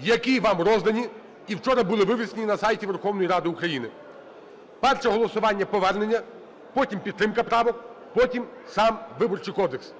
які вам роздані і вчора були вивішені на сайті Верховної Ради України. Перше голосування – повернення. Потім – підтримка правок, потім – сам Виборчий кодекс.